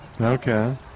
Okay